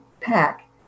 pack